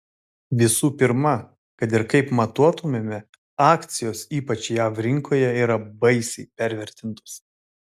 visų pirma kad ir kaip matuotumėme akcijos ypač jav rinkoje yra baisiai pervertintos